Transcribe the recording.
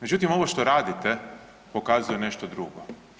Međutim, ovo što radite pokazuje nešto drugo.